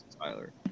Tyler